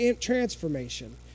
transformation